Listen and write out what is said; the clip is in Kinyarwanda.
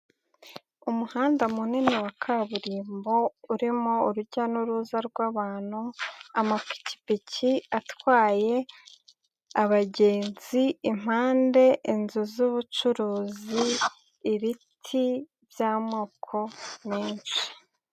Umuhanda munini wa kaburimbo urimo urujya n'uruza rw'abantu, amapikipiki atwaye abagenzi, impande inzu z'ubucuruzi, ibiti by'amoko menshi.